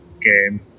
game